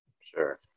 Sure